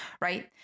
right